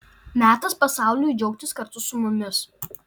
metas pasauliui džiaugtis kartu su mumis